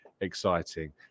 exciting